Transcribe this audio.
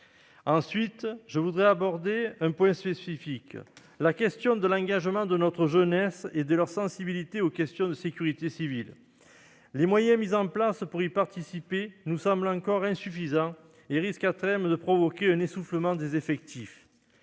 voudrais désormais aborder un point spécifique : la question de l'engagement de notre jeunesse et de sa sensibilité aux questions de sécurité civile. Les moyens mis en place pour l'encourager nous semblent encore insuffisants et risquent, à terme, de provoquer un essoufflement des effectifs.